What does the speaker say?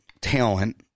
talent